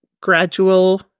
gradual